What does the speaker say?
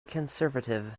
conservative